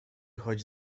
choć